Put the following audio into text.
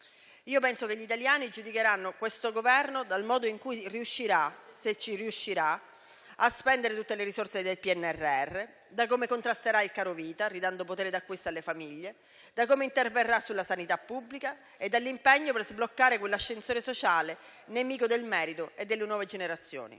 Io penso invece che gli italiani giudicheranno questo Governo dal modo in cui riuscirà a spendere, se ci riuscirà, tutte le risorse del PNRR; dal modo in cui contrasterà il carovita, ridando potere d'acquisto alle famiglie; dal modo in cui interverrà sulla sanità pubblica e dall'impegno per sbloccare quell'ascensore sociale nemico del merito e delle nuove generazioni.